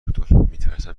دکتر، میترسم